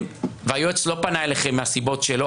והיועץ לא פנה אליכם מהסיבות שלו,